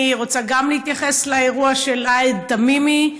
גם אני רוצה להתייחס לאירוע של עהד תמימי,